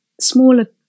smaller